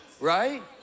Right